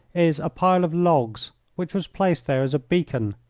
is a pile of logs which was placed there as a beacon.